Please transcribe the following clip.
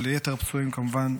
וליתר הפצועים כמובן,